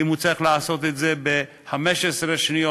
אם הוא צריך לעשות את זה ב-15 שניות,